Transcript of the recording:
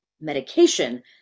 medication